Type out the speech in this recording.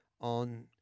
on